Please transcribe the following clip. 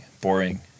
boring